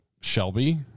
Shelby